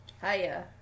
Hiya